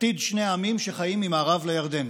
עתיד שני העמים שחיים מעבר לירדן.